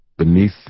beneath